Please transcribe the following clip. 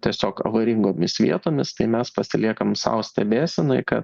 tiesiog avaringomis vietomis tai mes pasiliekam sau stebėsenai kad